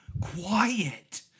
quiet